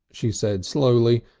she said slowly,